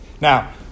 Now